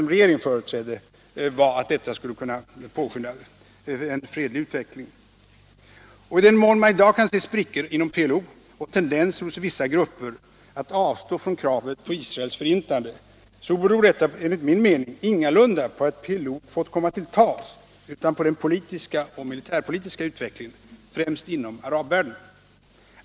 Men i den mån man i dag kan se sprickor inom PLO och tendenser hos vissa grupper att avstå från kravet på Israels förintande, beror detta enligt min uppfattning ingalunda på att PLO har fått komma till tals utan på den politiska och militärpolitiska utvecklingen, främst inom arabvärlden.